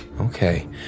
Okay